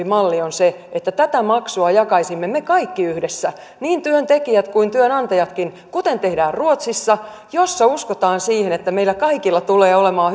malli on se että tätä maksua jakaisimme me kaikki yhdessä niin työntekijät kuin työnantajatkin kuten tehdään ruotsissa missä uskotaan siihen että meille kaikille tulee olemaan